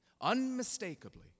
Unmistakably